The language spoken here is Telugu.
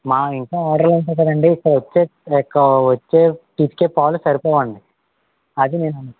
మా ఇంకా ఆర్డర్లు ఉంటాయి కదా అండి ఇంకా వచ్చే వచ్చే పితికే పాలు సరిపోవండి అది నేను అనేది